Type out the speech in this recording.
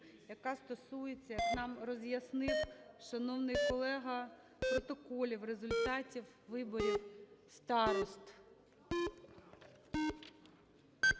яка стосується, як нам роз'яснив шановний колега, протоколів результатів виборів старост.